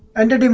and um